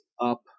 up